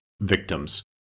victims